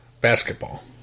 Basketball